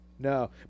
No